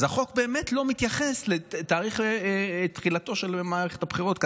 אז החוק באמת לא מתייחס לתאריך תחילתה של מערכת הבחירות.